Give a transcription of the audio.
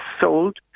sold